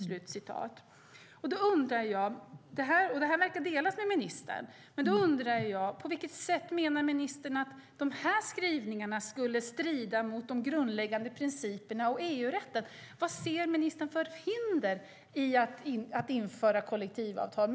Ministern verkar dela detta. Men då undrar jag på vilket sätt ministern menar att de här skrivningarna skulle strida mot de grundläggande principerna och EU-rätten. Vilka hinder ser ministern mot att kräva kollektivavtal?